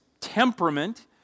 temperament